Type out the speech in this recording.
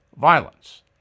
violence